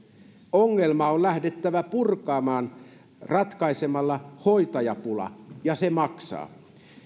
ongelmaa on lähdettävä purkamaan ratkaisemalla hoitajapula ja se maksaa